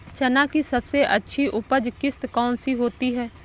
चना की सबसे अच्छी उपज किश्त कौन सी होती है?